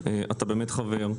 לך, אתה באמת חבר.